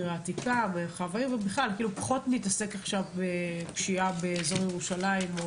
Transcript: העתיקה ומרחב העיר ופחות בפשיעה באזור ירושלים.